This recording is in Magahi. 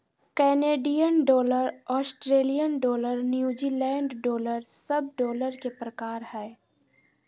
Canadian dollar, Australian dollar, New Zealand dollar सब डॉलर के प्रकार हय